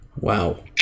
Wow